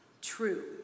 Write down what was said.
true